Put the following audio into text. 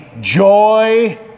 joy